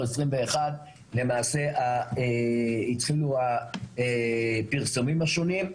2021 למעשה התחילו הפרסומים השונים,